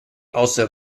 also